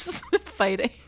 fighting